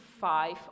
five